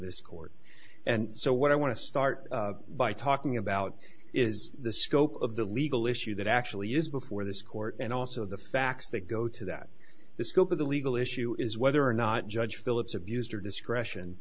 this court and so what i want to start by talking about is the scope of the legal issue that actually is before this court and also the facts that go to that the scope of the legal issue is whether or not judge phillips abused her discretion